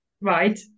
Right